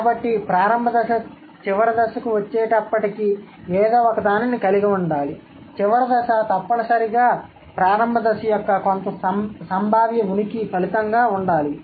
కాబట్టి ప్రారంభ దశ చివరి దశకు వచ్చేటప్పటికి ఏదో ఒకదానిని కలిగి ఉండాలి చివరి దశ తప్పనిసరిగా ప్రారంభ దశ యొక్క కొంత సంభావ్య ఉనికి ఫలితంగా ఉండాలి